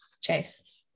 Chase